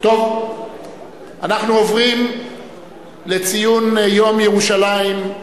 אנחנו עוברים לציון יום ירושלים,